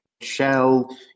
Shell